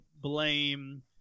blame